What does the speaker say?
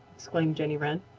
exclaimed jenny wren.